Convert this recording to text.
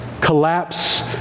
collapse